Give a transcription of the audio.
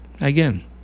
again